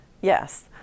Yes